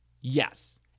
Yes